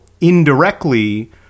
indirectly